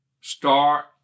start